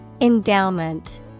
Endowment